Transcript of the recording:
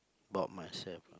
about myself